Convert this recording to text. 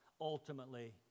ultimately